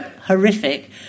horrific